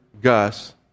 Gus